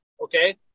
Okay